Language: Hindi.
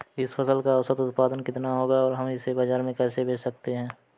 इस फसल का औसत उत्पादन कितना होगा और हम इसे बाजार में कैसे बेच सकते हैं?